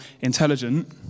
intelligent